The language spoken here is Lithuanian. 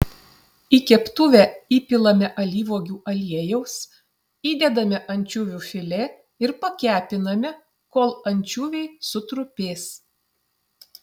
į keptuvę įpilame alyvuogių aliejaus įdedame ančiuvių filė ir pakepiname kol ančiuviai sutrupės